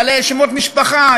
בעלי שמות משפחה,